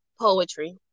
poetry